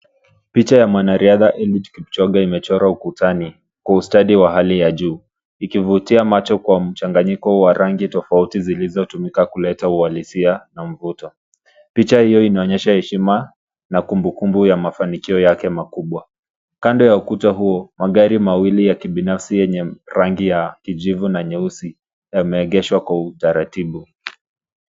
Picha ya mwanariadha Eliud Kipchoge imechorwa ukutani kwa ustadi wa hali ya juu ikivutia macho kwa mchanganyiko wa rangi tofauti zilizotumika kuleta uhalisia na mvuto. Picha hiyo inaonyesha heshima na kumbukumbu ya mafanikio yake makubwa. Kando ya ukuta huo, magari mawili ya kibinafsi yenye rangi ya kijivu na nyeusi yameegeshwa kwa utaratibu.